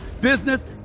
business